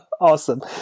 Awesome